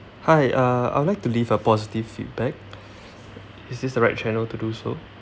hi uh I would like to leave a positive feedback is this the right channel to do so